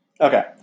Okay